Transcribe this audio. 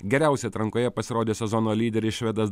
geriausiai atrankoje pasirodė sezono lyderis švedas